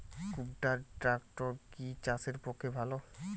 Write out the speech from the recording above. কুবটার ট্রাকটার কি চাষের পক্ষে ভালো?